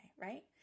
right